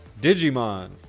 digimon